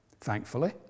thankfully